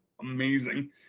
amazing